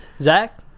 Zach